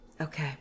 Okay